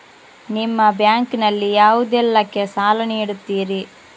ನಿಮ್ಮ ಬ್ಯಾಂಕ್ ನಲ್ಲಿ ಯಾವುದೇಲ್ಲಕ್ಕೆ ಸಾಲ ನೀಡುತ್ತಿರಿ?